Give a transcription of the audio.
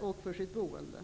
och för sitt boende.